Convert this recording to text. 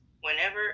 whenever